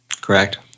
Correct